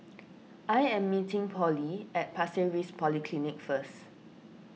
I am meeting Pollie at Pasir Ris Polyclinic first